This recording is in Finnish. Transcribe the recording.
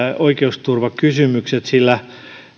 oikeusturvakysymykset sillä